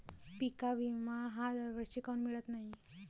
पिका विमा हा दरवर्षी काऊन मिळत न्हाई?